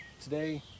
today